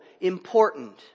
important